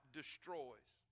destroys